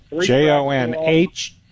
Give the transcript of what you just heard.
J-O-N-H